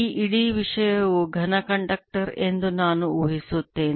ಈ ಇಡೀ ವಿಷಯವು ಘನ ಕಂಡಕ್ಟರ್ ಎಂದು ನಾನು ಊಹಿಸುತ್ತೇನೆ